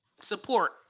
Support